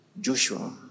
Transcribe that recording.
Joshua